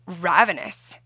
ravenous